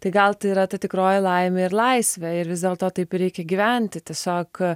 tai gal tai yra ta tikroji laimė ir laisvė ir vis dėlto taip ir reikia gyventi tiesiog